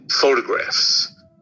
photographs